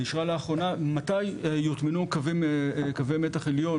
היא אישרה מתי יוטמנו קווי מתח עליון